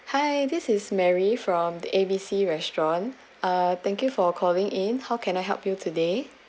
hi this is mary from A B C restaurant uh thank you for calling in how can I help you today